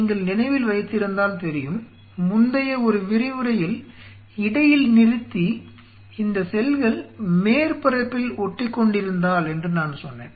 நீங்கள் நினைவில் வைத்திருந்தால் தெரியும் முந்தைய ஒரு விரிவுரையில் இடையில் நிறுத்தி இந்த செல்கள் மேற்பரப்பில் ஒட்டிக்கொண்டிருந்தால் என்று நான் சொன்னேன்